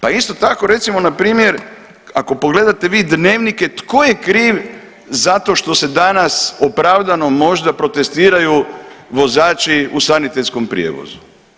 Pa isto tako recimo npr. ako pogledate vi dnevnike tko je kriv zato što se danas opravdano možda protestiraju vozači u sanitetskom prijevozu.